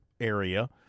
area